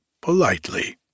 politely